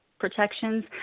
protections